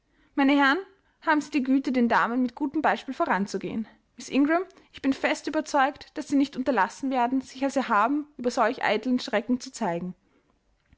meine herren haben sie die güte den damen mit gutem beispiel voran zu gehen miß ingram ich bin fest überzeugt daß sie nicht unterlassen werden sich als erhaben über solch eitlen schrecken zu zeigen